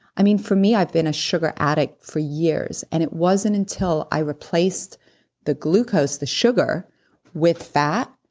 i mean for me, i've been a sugar addict for years, and it wasn't until i replaced the glucose, the sugar with fat,